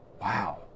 Wow